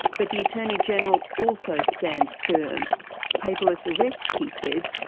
but the attorney general also stands firm paperless arrests, he says,